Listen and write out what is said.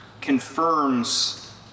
confirms